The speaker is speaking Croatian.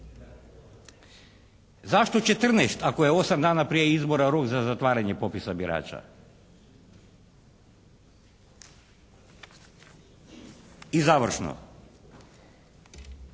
Zašto 14, ako je 8 dana prije izbora rok za zatvaranje popisa birača? I završno.